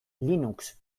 linux